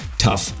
Tough